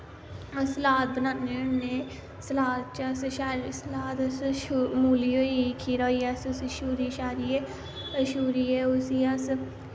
salad बनाने होने salad च अस शैल सलाद अस मूली होई खीरा होइया अस उसी शूरी शारियै शूरियै उसी अस